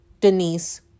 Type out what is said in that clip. Denise